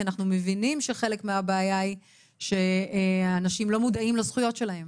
כי אנחנו מבינים שחלק מהבעיה היא שאנשים לא מודעים לזכויות שלהם.